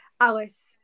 Alice